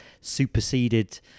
superseded